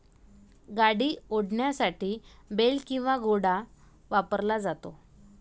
गाडी ओढण्यासाठी बेल किंवा घोडा वापरला जातो